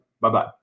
Bye-bye